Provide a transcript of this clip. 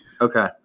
Okay